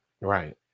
Right